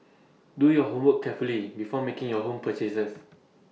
do your homework carefully before making your home purchases